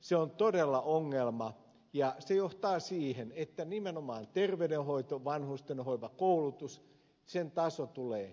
se on todella ongelma ja se johtaa siihen että nimenomaan terveydenhoidon vanhustenhoivan koulutuksen taso tulee heikkenemään